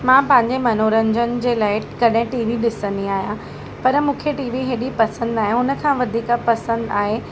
मां पंहिंजे मनोरंजन जे लाइ कॾहिं टीवी ॾिसंदी आहियां पर मूंखे टीवी हेॾी पसंदि नाहे हुनखां वधीक पसंदि आहे